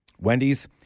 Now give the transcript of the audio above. Wendy's